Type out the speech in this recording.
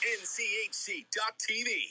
nchc.tv